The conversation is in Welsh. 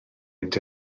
mynd